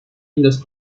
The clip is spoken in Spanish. los